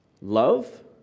love